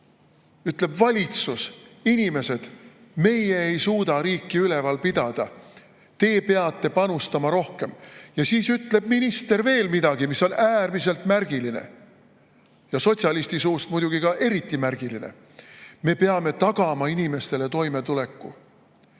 ütleb valitsus: "Inimesed, meie ei suuda riiki üleval pidada, te peate panustama rohkem." Ja siis ütleb minister veel midagi, mis on äärmiselt märgiline, sotsialisti suust muidugi eriti märgiline: "Me peame tagama inimestele toimetuleku."